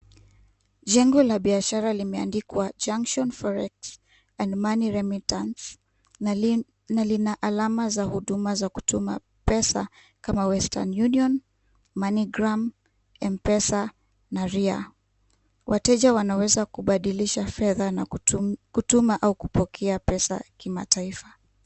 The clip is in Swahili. Jengo la biashara limeandikwa Junction Forex And Money Remittance na lina alama za huduma za kutuma pesa kama Western Union, Money Gram, M-Pesa na Ria. Wateja wanaweza kubadilisha fedha kutuma au kupokea pesa kimataifa.